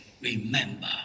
Remember